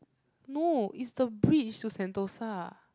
no is the bridge to Sentosa